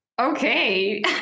okay